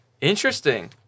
Interesting